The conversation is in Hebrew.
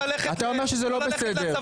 אתה אומר שזה לא בסדר.